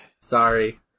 Sorry